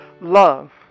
love